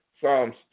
Psalms